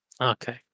Okay